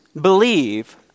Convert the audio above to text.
believe